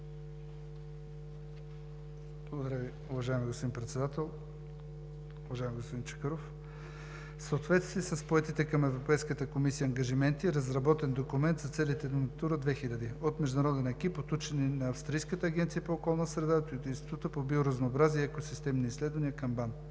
Благодаря Ви, уважаеми господин Председател. Уважаеми господин Чакъров, в съответствие с поетите от Европейската комисия ангажименти е разработен документ за целите на „Натура 2000“ от международен екип от учени на Австрийската агенция по околна среда, от Института по биоразнообразие и екосистемни изследвания към